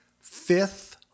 Fifth